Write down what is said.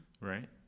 right